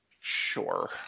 Sure